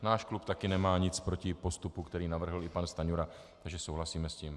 Náš klub taky nemá nic proti postupu, který navrhl i pan Stanjura, souhlasíme s tím.